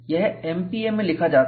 यह MPa में लिखा जाता है